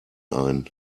ein